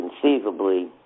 conceivably